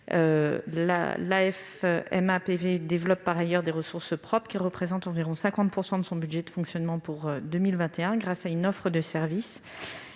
vivant, développe par ailleurs des ressources propres qui représentent environ 50 % de son budget de fonctionnement pour 2021, grâce à une offre de services